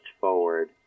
forward